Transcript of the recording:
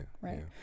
Right